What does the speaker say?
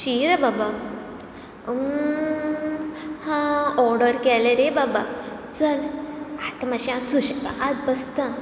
शी रे बाबा हा ऑर्डर केलें रे बाबा चल आतां मातशें हांव सुशेगाद बसतां